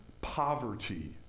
poverty